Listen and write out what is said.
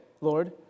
Lord